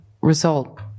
result